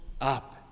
up